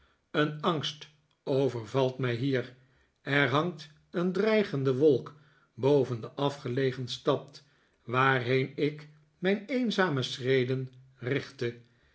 een angst overvalt mij hier er hangt een dreigende wolk boven de afgelegen stad waarheen ik mijn eenzame schreden richtte